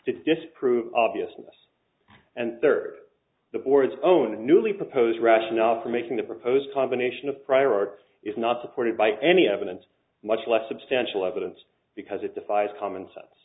disprove obviousness and third the board's own newly proposed rationale for making the proposed combination of prior art is not supported by any evidence much less substantial evidence because it defies common sense